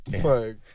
Fuck